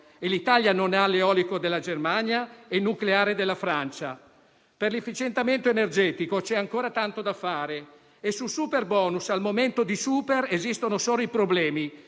L'Italia non ha l'eolico della Germania e il nucleare della Francia. Per l'efficientamento energetico c'è ancora tanto da fare e, sul superbonus, al momento di super esistono solo i problemi,